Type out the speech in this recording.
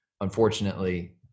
unfortunately